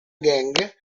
gang